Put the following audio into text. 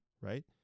right